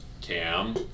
Cam